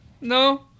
No